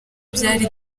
byari